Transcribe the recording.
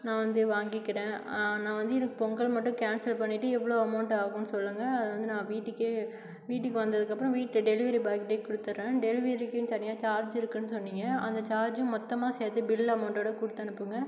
நான் வந்து வாங்கிக்கிறன் நான் வந்து எனக்கு பொங்கல் மட்டும் கேன்ஸல் பண்ணிவிட்டு எவ்வளோ அமௌண்ட் ஆகும் சொல்லுங்கள் அதை வந்து நான் வீட்டுக்கு வீட்டுக்கு வந்ததுக்கு அப்புறம் வீட்டு டெலிவரி பாய்கிட்டயே குடுத்துட்றேன் டெலிவரிக்குனு தனியாக சார்ஜ் இருக்குன்னு சொன்னீங்க அந்த சார்ஜ் மொத்தமாக சேர்த்து பில் அமௌண்ட்டோடு கொடுத்து அனுப்புங்கள்